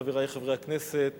חבר הכנסת